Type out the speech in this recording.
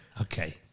okay